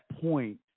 point